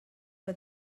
que